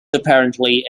apparently